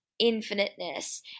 infiniteness